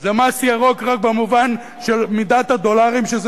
זה מס ירוק רק במובן של מידת הדולרים שזה